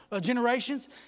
generations